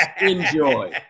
Enjoy